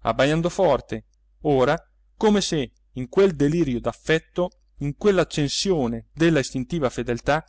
abbajando forte ora come se in quel suo delirio d'affetto in quell'accensione della istintiva fedeltà